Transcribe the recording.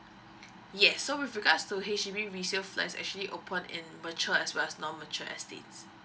yes so with regards to H_D_B resale flat's actually open in mature as well as non mature estate